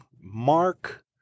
Mark